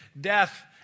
death